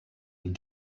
den